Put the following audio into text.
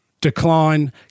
decline